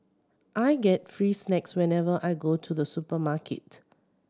I get free snacks whenever I go to the supermarket